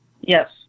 Yes